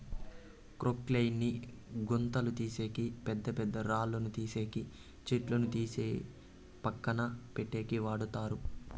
క్రొక్లేయిన్ ని గుంతలు తీసేకి, పెద్ద పెద్ద రాళ్ళను తీసేకి, చెట్లను తీసి పక్కన పెట్టేకి వాడతారు